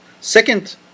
Second